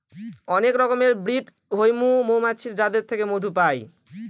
অনেক রকমের ব্রিড হৈমু মৌমাছির যাদের থেকে মধু পাই